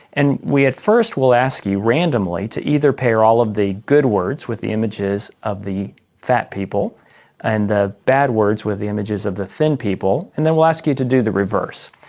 and we at first will ask you randomly to either pair all of the good words with the images of the fat people and the bad words with the images of the thin people, and then we'll ask you to do the reverse.